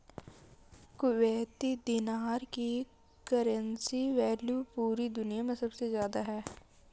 Kuwaiti dinar की currency value पूरी दुनिया मे सबसे ज्यादा है